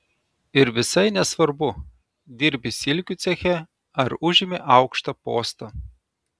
ir visai nesvarbu dirbi silkių ceche ar užimi aukštą postą